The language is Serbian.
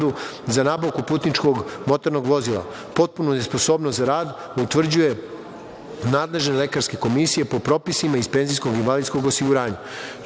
za nabavku putničkog motornog vozila. Potpunu nesposobnost za rad utvrđuju nadležne lekarske komisije po propisima iz penzijskog i invalidskog osiguranja. Članom